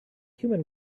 human